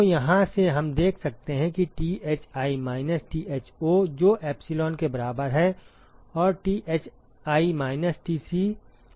तो यहाँ से हम देख सकते हैं कि Thi माइनस Tho जो एप्सिलॉन के बराबर है और Thi माइनस Tc